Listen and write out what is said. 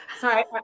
sorry